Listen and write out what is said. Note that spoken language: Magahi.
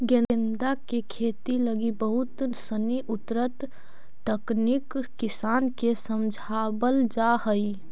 गेंदा के खेती लगी बहुत सनी उन्नत तकनीक किसान के समझावल जा हइ